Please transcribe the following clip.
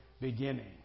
beginning